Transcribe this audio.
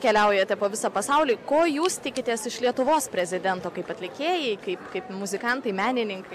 keliaujate po visą pasaulį ko jūs tikitės iš lietuvos prezidento kaip atlikėjai kaip kaip muzikantai menininkai